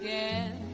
Again